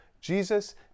Jesus